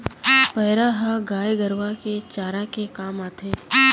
पैरा ह गाय गरूवा के चारा के काम आथे